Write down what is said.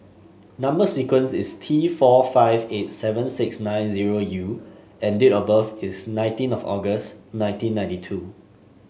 number sequence is T four five eight seven six nine zero U and date of birth is nineteen of August nineteen ninety two